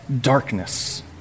darkness